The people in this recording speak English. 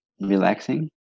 relaxing